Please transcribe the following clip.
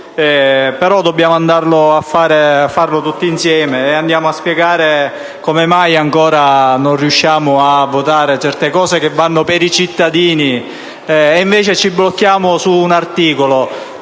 dobbiamo andare a farlo tutti insieme. Andiamo a spiegare come mai ancora non riusciamo a votare certi provvedimenti per i cittadini e invece ci blocchiamo su un articolo,